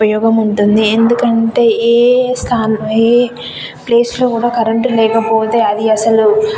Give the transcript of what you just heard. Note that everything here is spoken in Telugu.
ఉపయోగం ఉంటుంది ఎందుకంటే ఏ స్థానం ఏ ప్లేస్లో కూడా కరెంటు లేకపోతే అది అసలు